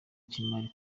cy’imari